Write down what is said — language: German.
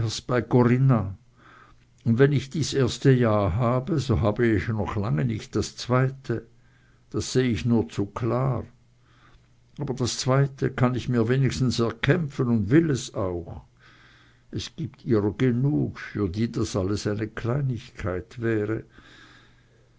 corinna und wenn ich dies erste ja habe so hab ich noch lange nicht das zweite das seh ich nur zu klar aber das zweite kann ich mir wenigstens erkämpfen und will es auch es gibt ihrer genug für die das alles eine kleinigkeit wäre